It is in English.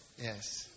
Yes